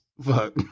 Fuck